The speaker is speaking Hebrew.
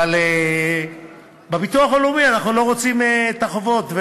אבל בביטוח הלאומי אנחנו לא רוצים את החובות,